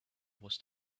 was